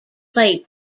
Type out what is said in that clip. played